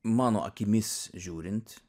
mano akimis žiūrint